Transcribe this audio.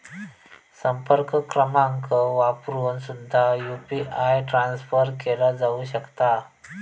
संपर्क क्रमांक वापरून सुद्धा यू.पी.आय ट्रान्सफर केला जाऊ शकता